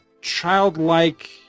childlike